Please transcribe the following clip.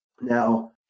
now